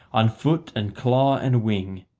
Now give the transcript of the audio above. on foot and claw and wing,